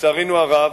לצערנו הרב,